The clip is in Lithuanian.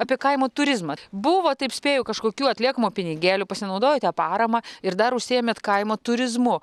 apie kaimo turizmą buvo taip spėju kažkokių atliekamų pinigėlių pasinaudojote parama ir dar užsiėmėt kaimo turizmu